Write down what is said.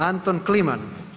Anton Kliman.